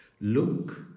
look